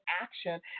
action